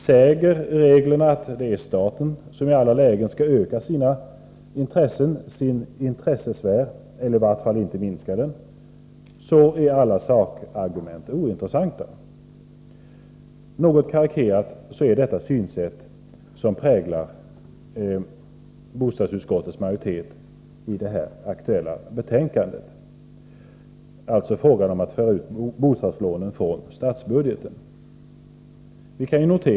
Säger reglerna att det är staten som i alla lägen skall öka sin intressesfär — eller i varje fall inte minska den — är alla sakargument ointressanta. Något karikerat är det detta synsätt som ganska klart präglar socialdemokraterna i bostadsutskottet i den nu aktuella frågan om att föra ut bostadslånen från statsbudgeten.